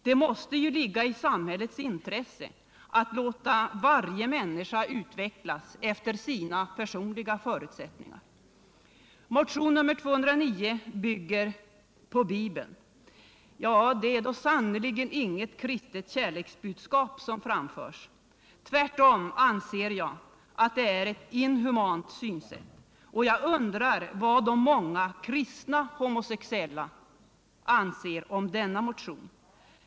Det måste ju ligga i samhällets intresse att låta varje människa utvecklas efter sina personliga förutsättningar. Motion 209 bygger på Bibeln. Men det är då sannerligen inget kristet kärleksbudskap som framförs. Tvärtom anser jag att det är ett inhumant synsätt, och jag undrar vad de många kristna homosexuella anser om denna motion.